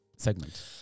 segment